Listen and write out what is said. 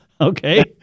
Okay